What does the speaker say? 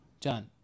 John